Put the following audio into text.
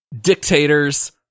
dictators